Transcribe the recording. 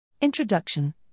Introduction